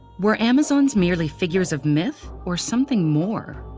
were amazons merely figures of myth, or something more?